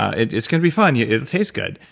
it's gonna be fun. yeah it'll taste good.